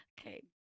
Okay